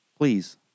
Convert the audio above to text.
please